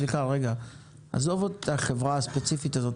עזוב את החברה הספציפית הזאת.